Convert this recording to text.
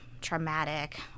traumatic